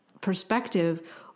perspective